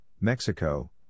Mexico